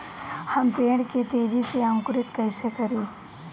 हम पेड़ के तेजी से अंकुरित कईसे करि?